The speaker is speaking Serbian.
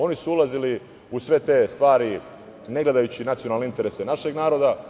Oni su ulazili u sve te stvari, ne gledajući nacionalne interese našeg naroda.